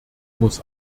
muss